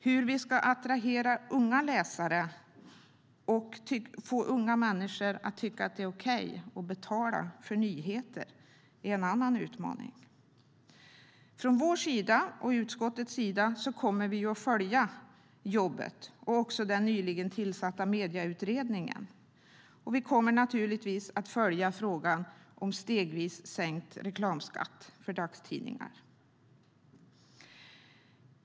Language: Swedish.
Hur vi ska attrahera unga läsare och få unga människor att tycka att det är okej att betala för nyheter är en annan utmaning. Från vår och utskottets sida kommer vi att följa jobbet och också den nyligen tillsatta Medieutredningen. Vi kommer naturligtvis att följa frågan om stegvis sänkt reklamskatt för dagstidningar.